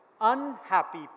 unhappy